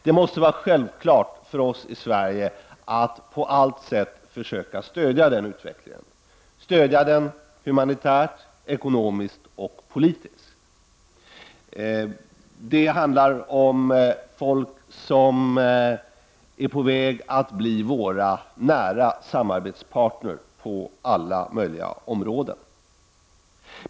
Det måste vara självklart för oss i Sverige att på allt sätt försöka stödja den utvecklingen; stödja den humanitärt, ekonomiskt och politiskt. Det handlar om folk som är på väg att bli våra nära samarbetspartner på alla möjliga områden.